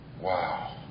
Wow